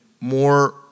more